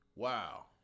Wow